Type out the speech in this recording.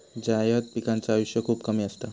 जायद पिकांचा आयुष्य खूप कमी असता